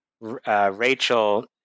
Rachel